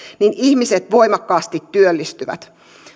niin ihmiset voimakkaasti työllistyvät